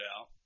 out